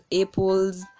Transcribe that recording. apples